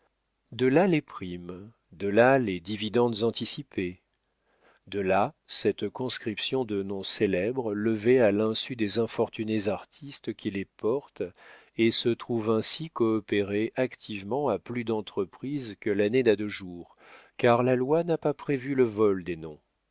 de là les primes de là les dividendes anticipés de là cette conscription de noms célèbres levée à l'insu des infortunés artistes qui les portent et se trouvent ainsi coopérer activement à plus d'entreprises que l'année n'a de jours car la loi n'a pas prévu le vol des noms